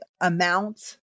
amount